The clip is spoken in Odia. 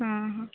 ହଁ ହଁ